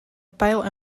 pijl